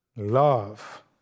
Love